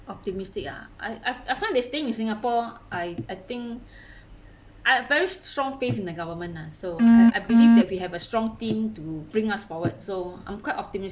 optimistic ah I I've I find this thing in singapore I I think I've a very strong faith in the government lah so I believe that we have a strong team to bring us forward so I'm quite optimis~